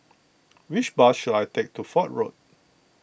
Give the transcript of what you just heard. which bus should I take to Fort Road